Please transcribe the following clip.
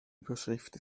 überschrift